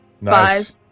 Nice